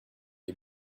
est